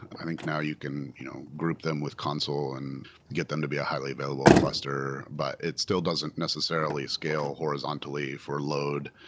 i think now you can you know group them with console and get them to be a highly available cluster, but it still doesn't necessarily scale horizontally for load.